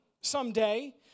someday